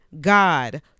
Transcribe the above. God